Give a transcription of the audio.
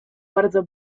bardzo